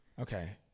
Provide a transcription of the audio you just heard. Okay